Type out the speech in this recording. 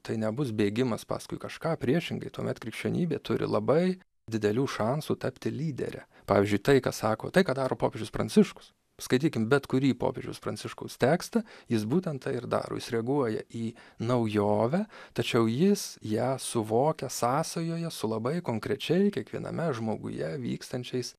tai nebus bėgimas paskui kažką priešingai tuomet krikščionybė turi labai didelių šansų tapti lydere pavyzdžiui tai ką sako tai ką daro popiežius pranciškus skaitykim bet kurį popiežiaus pranciškaus tekstą jis būtent tai ir daro jis reaguoja į naujovę tačiau jis ją suvokia sąsajoje su labai konkrečiai kiekviename žmoguje vykstančiais